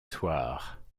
soirs